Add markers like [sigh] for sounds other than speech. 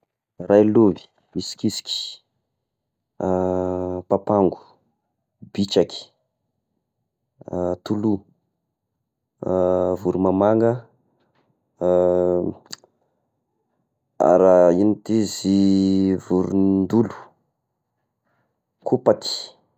Railovy, hisikisiky, [hesitation] papango, bitraky, [hesitation] toloha, [hesitation] voromamanga, [hesitation] [noise] da raha igno ity izy vorondolo, kopaky. [noise]